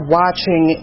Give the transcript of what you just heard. watching